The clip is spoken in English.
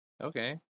okay